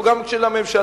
או גם של הממשלה.